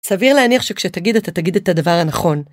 סביר להניח שכשתגיד אתה תגיד את הדבר הנכון.